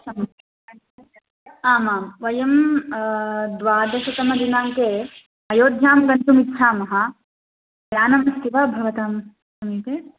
हा आमां वयं द्वादशतमदिनाङ्के अयोध्यां गन्तुमिच्छामः यानमस्ति वा भवतां समीपे